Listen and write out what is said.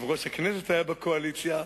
יושב-ראש הישיבה, היה בקואליציה,